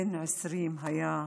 בן 20 היה במותו.